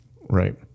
Right